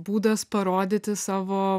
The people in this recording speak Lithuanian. būdas parodyti savo